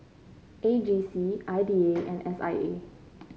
A G C I D A and S I A